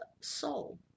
soul